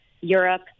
Europe